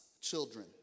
children